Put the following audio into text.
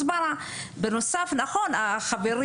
היינו